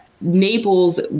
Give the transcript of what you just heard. Naples